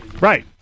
Right